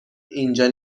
اینجا